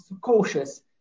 cautious